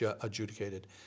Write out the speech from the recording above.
adjudicated